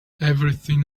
everything